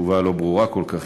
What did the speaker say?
תשובה לא ברורה כל כך,